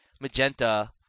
magenta